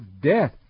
death